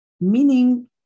meaning